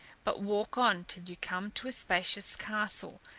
but walk on till you come to a spacious castle,